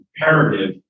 imperative